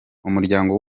umuryango